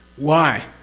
why?